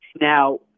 Now